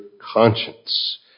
conscience